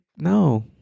no